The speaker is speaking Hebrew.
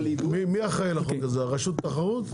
מי אחראי על החוק הזה רשות התחרות?